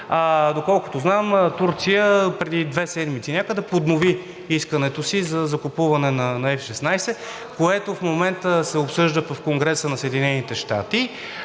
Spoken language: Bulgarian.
Доколкото знам, Турция преди две седмици някъде поднови искането си за закупуване на F-16, което в момента се обсъжда в Конгреса на Съединените щати.